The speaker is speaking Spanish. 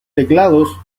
teclados